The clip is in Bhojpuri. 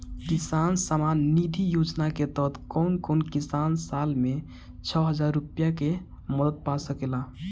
किसान सम्मान निधि योजना के तहत कउन कउन किसान साल में छह हजार रूपया के मदद पा सकेला?